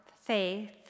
faith